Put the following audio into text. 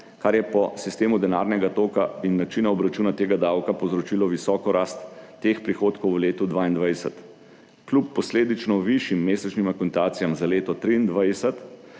kar je po sistemu denarnega toka in načina obračuna tega davka povzročilo visoko rast teh prihodkov v letu 2022. Kljub posledično višjim mesečnim akontacijam za leto 2023